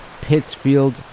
Pittsfield